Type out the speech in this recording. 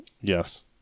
Yes